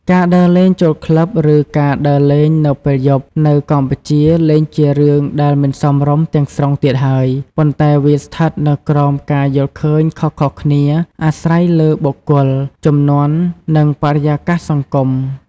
ការដើរលេងចូលក្លឹប ឬការដើរលេងនៅពេលយប់នៅកម្ពុជាលែងជារឿងដែលមិនសមរម្យទាំងស្រុងទៀតហើយ ប៉ុន្តែវាស្ថិតនៅក្រោម ការយល់ឃើញខុសៗគ្នា អាស្រ័យលើបុគ្គល ជំនាន់ និងបរិយាកាសសង្គម ។